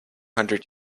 hundred